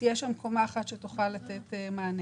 תהיה שם קומה אחת שתוכל לתת את המענה.